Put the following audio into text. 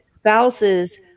Spouses